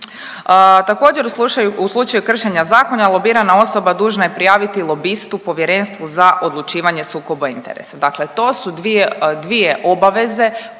Također, u slučaju kršenja zakona, lobirana osoba dužna je prijaviti lobistu Povjerenstvu za odlučivanje o sukobu interesa, dakle to su dvije obaveze